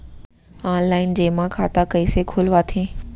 Online जेमा खाता कइसे खोलवाथे?